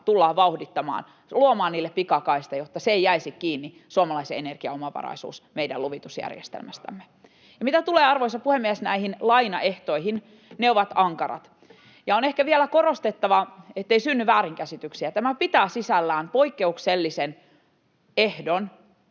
tullaan vauhdittamaan, luomaan niille pikakaista, jotta suomalaisen energian omavaraisuus ei jäisi kiinni meidän luvitusjärjestelmästämme. [Ben Zyskowicz: Hyvä!] Mitä tulee, arvoisa puhemies, näihin lainaehtoihin, ne ovat ankarat. On ehkä vielä korostettava, ettei synny väärinkäsityksiä, että tämä pitää sisällään poikkeuksellisen ehdon